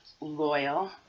loyal